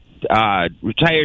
Retired